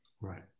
Right